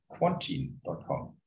quantine.com